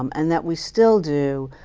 um and that we still do.